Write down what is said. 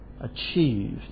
achieved